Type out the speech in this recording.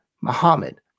Muhammad